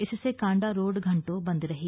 इससे कांडा रोड घंटों बंद रही